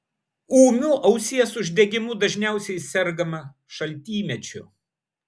ūmiu ausies uždegimu dažniausiai sergama šaltymečiu